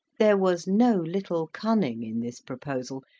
there was no little cunning in this proposal,